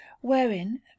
wherein